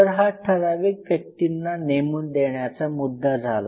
तर हा ठराविक व्यक्तींना नेमून देण्याचा मुद्दा झाला